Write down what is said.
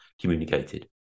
communicated